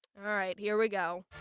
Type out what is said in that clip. alright, here we go.